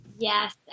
Yes